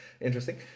interesting